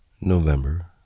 November